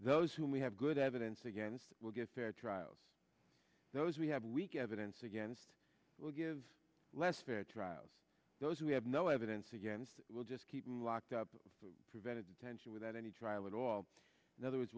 those whom we have good evidence against will give fair trials those we have weak evidence against we'll give less fair trials those we have no evidence against we'll just keep them locked up for preventive detention without any trial and all the other w